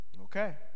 Okay